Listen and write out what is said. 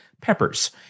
peppers